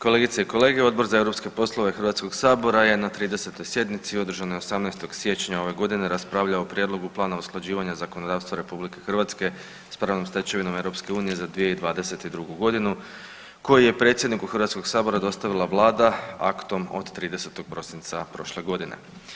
Kolegice i kolege, Odbor za europske poslove Hrvatskog sabora je na 30. sjednici održanoj 18. siječnja ove godine raspravljao o Prijedlogu plana usklađivanja zakonodavstva Republike Hrvatske sa pravnom stečevinom EU za 2022. godinu koji je predsjedniku Hrvatskog sabora dostavila Vlada aktom od 30. prosinca prošle godine.